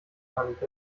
death